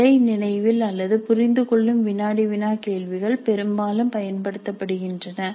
நிலை நினைவில் அல்லது புரிந்துகொள்ளும் வினாடி வினா கேள்விகள் பெரும்பாலும் பயன்படுத்தப்படுகின்றன